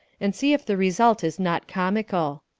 and see if the result is not comical.